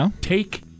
take